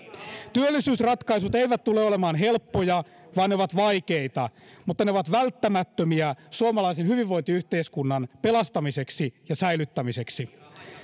työllisyysratkaisut eivät tule olemaan helppoja vaan ne ovat vaikeita mutta ne ovat välttämättömiä suomalaisen hyvinvointiyhteiskunnan pelastamiseksi ja säilyttämiseksi